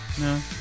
No